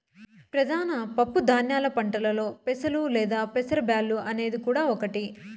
ప్రధాన పప్పు ధాన్యాల పంటలలో పెసలు లేదా పెసర బ్యాల్లు అనేది కూడా ఒకటి